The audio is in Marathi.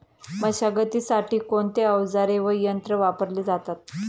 मशागतीसाठी कोणते अवजारे व यंत्र वापरले जातात?